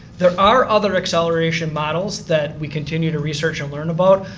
there are other acceleration models that we continue to research and learn about.